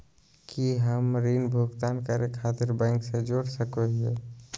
की हम ऋण भुगतान करे खातिर बैंक से जोड़ सको हियै?